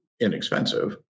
inexpensive